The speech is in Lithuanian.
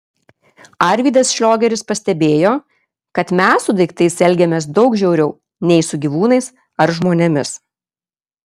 arvydas šliogeris pastebėjo kad mes su daiktais elgiamės daug žiauriau nei su gyvūnais ar žmonėmis